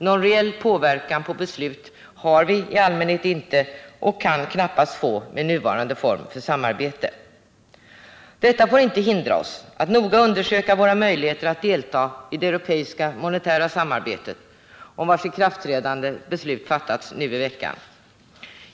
Någon reell möjlighet till påverkan på beslut har vi i allmänhet inte och kan vi knappast få med nuvarande form för samarbete. Detta får dock inte hindra oss från att noga undersöka våra möjligheter att delta i det europeiska monetära samarbetet, om vars ikraftträdande beslut fattades nu i veckan.